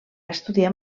estudiar